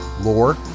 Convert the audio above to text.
lore